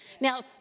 Now